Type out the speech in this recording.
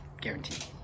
guaranteed